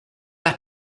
las